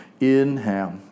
inhale